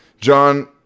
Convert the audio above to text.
John